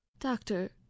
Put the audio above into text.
Doctor